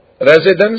residence